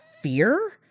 fear